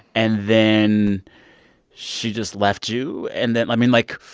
and then she just left you. and then i mean, like,